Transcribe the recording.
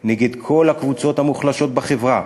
נגד כל הקבוצות המוחלשות בחברה: